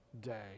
day